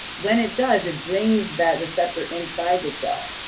when it does, it brings that receptor inside the cell.